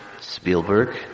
Spielberg